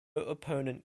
opponent